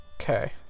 Okay